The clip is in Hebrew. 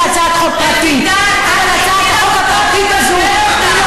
כל השנים החטיבה הייתה במפלגת העבודה.